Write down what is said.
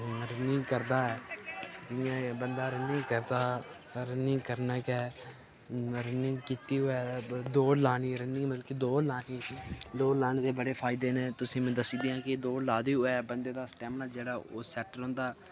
running करदा ऐ जियां के बंदा रनिंग करदा रनिंग करना कि रनिंग कीती होऐ दौड़ लानी रनिंग मतलब कि दौड़ लानी दौड़ लाने दे बड़े फायदे न तुसें में दस्सी दियां कि दौड़ लाई दी होए बंदे दा जेह्ड़ा स्टैमिना ओह् सेट रौंह्दा